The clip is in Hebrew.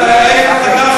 לדוסים עושים את זה.